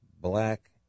Black